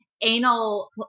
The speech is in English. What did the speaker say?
anal